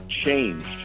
changed